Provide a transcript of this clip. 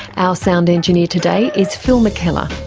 our sound engineer today is phil mckellar,